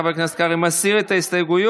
חבר הכנסת קרעי מסיר את ההסתייגויות.